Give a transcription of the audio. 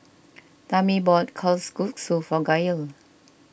Tammi bought Kalguksu for Gael